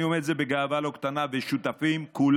אני אומר את זה בגאווה לא קטנה, ושותפים כולם,